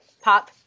pop